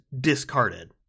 discarded